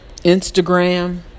Instagram